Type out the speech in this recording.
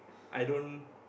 I don't